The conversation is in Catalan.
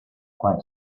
quan